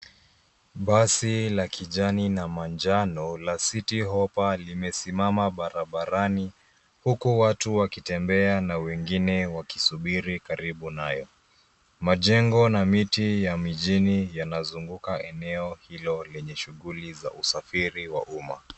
Basi la kijani na manjano la Citti Hoppa limesimama barabarani huku watu wakitembea na wengine wakisubiri karibu nayo. Majengo na miti ya mijini yanazunguka eneo hilo lenye shughuli za usafiri wa umma.